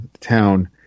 town